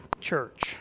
church